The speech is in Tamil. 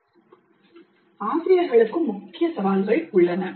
ஆசிரியர்களுக்கும் முக்கிய சவால்கள் உள்ளன